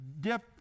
dip